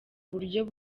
buryo